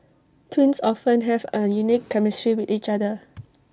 twins often have A unique chemistry with each other